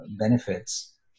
benefits